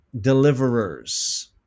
Deliverers